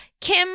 Kim